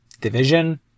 division